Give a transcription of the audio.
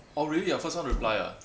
oh really you're the first one to reply ah